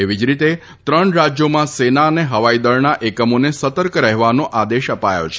એવી જ રીતે ત્રણ રાજ્યોમાં સેના અને હવાઇદળના એકમોને સતર્ક રહેવાનો આદેશ અપાયો છે